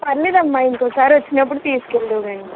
పర్వాలేదమ్మ ఇంకోసారి వచ్చినప్పుడు తీసుకు వెళ్దువు కానీ